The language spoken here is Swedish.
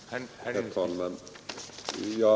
Herr talman!